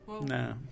No